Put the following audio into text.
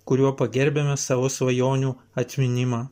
kuriuo pagerbiame savo svajonių atminimą